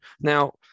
Now